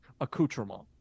accoutrement